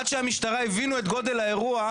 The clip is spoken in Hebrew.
עד שהמשטרה הבינה את גודל האירוע,